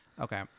Okay